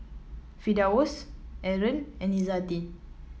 Firdaus Aaron and Izzati